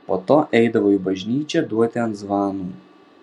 po to eidavo į bažnyčią duoti ant zvanų